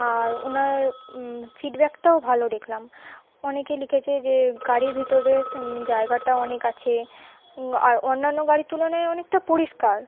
আর ওনার ফিডব্যাকটাও ভালো দেখলাম অনেকে লিখেছে যে গাড়ি ভিতরে জায়গাটা অনেক আছে আর অন্যান্য গাড়ির তুলনায় অনেকটা পরিষ্কার